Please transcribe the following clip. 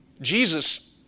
Jesus